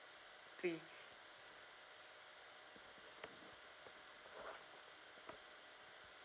twin